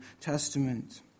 Testament